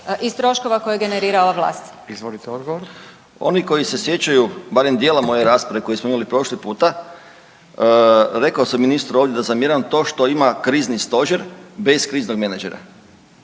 Izvolite odgovor. **Pavić, Željko (Nezavisni)** Oni koji se sjećaju barem dijela moje rasprave koju smo imali prošli puta, rekao sam ministru ovdje da zamjeram to što ima krizni stožer bez kriznog menadžera